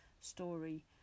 story